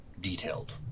detailed